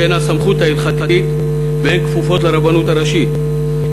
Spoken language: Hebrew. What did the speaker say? שהן הסמכות ההלכתית והן כפופות לרבנות הראשית,